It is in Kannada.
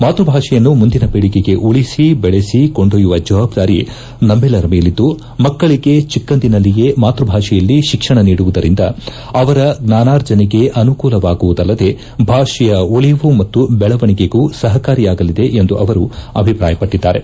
ಮಾತೃ ಭಾಷೆಯನ್ನು ಮುಂದಿನ ಪೀಳಿಗೆಗೆ ಉಳಿಸಿ ಬೆಳೆಸಿ ಕೊಂಡೊಯ್ಲುವ ಜವಾಬ್ದಾರಿ ನಮ್ನೆಲ್ಲರ ಮೇಲಿದ್ದು ಮಕ್ಕಳಿಗೆ ಚಿಕ್ಕಂದಿನಲ್ಲಿಯೇ ಮಾತೃಭಾಷೆಯಲ್ಲಿ ಶಿಕ್ಷಣ ನೀಡುವುದರಿಂದ ಅವರ ಜ್ವಾನಾರ್ಜನೆಗೆ ಅನುಕೂಲವಾಗುವುದಲ್ಲದೇ ಭಾಷೆಯ ಉಳಿವು ಮತ್ತು ಬೆಳವಣಿಗೆಗೂ ಸಹಕಾರಿಯಾಗಲಿದೆ ಎಂದು ಅವರು ಅಭಿಪ್ರಾಯಪಟ್ಟಿದ್ದಾರೆ